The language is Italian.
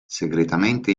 segretamente